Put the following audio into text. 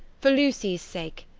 for lucy's sake,